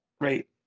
Right